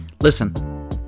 listen